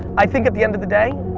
i think at the end of the day,